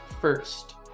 first